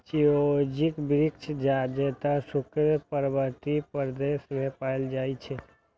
चिरौंजीक वृक्ष जादेतर शुष्क पर्वतीय प्रदेश मे पाएल जाइ छै